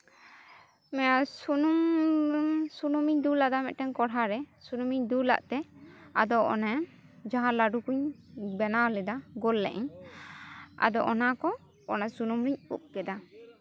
ᱥᱩᱱᱩᱢ ᱥᱩᱱᱩᱢᱤᱧ ᱫᱩᱞ ᱟᱫᱟ ᱢᱤᱫᱴᱮᱱ ᱠᱚᱲᱦᱟ ᱨᱮ ᱥᱩᱱᱩᱢᱤᱧ ᱫᱩᱞᱟᱫ ᱛᱮ ᱟᱫᱚ ᱚᱱᱮ ᱡᱟᱦᱟᱸ ᱞᱟᱹᱰᱩ ᱠᱚᱧ ᱵᱮᱱᱟᱣ ᱞᱮᱫᱟ ᱜᱳᱞ ᱞᱤᱫᱟᱹᱧ ᱟᱫᱚ ᱚᱱᱟ ᱠᱚ ᱚᱱᱟ ᱥᱩᱱᱩᱢᱤᱧ ᱩᱵ ᱠᱮᱫᱟ